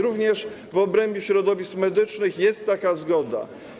Również w obrębie środowisk medycznych jest taka zgoda.